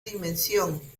dimensión